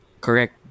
correct